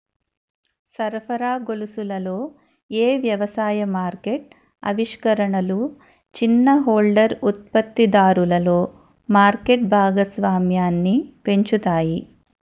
సరఫరా గొలుసులలో ఏ వ్యవసాయ మార్కెట్ ఆవిష్కరణలు చిన్న హోల్డర్ ఉత్పత్తిదారులలో మార్కెట్ భాగస్వామ్యాన్ని పెంచుతాయి?